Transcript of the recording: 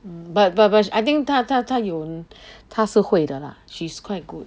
mm but but but I think 她她他有她是会的啦 she's quite good